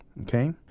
okay